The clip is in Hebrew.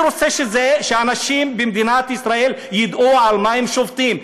אני רוצה שאנשים במדינת ישראל ידעו על מה הם שובתים.